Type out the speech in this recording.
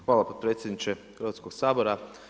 Hvala potpredsjedniče Hrvatskog sabora.